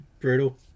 brutal